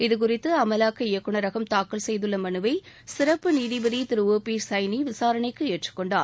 இதுகுறித்து அமலாக்க இயக்குனரகம் தாக்கல் செய்துள்ள மனுவை சிறப்பு நீதிபதி ஓ பி சைனி விசாரணைக்கு ஏற்றுக் கொண்டார்